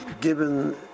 given